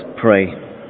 pray